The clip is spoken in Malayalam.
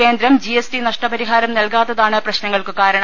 കേന്ദ്രം ജി എസ് ടി നഷ്ടപ രിഹാരം നൽകാത്തതാണ് പ്രശ്നങ്ങൾക്കു കാരണം